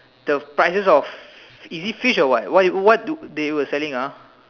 the prices of is it fish or what what what do they were selling ah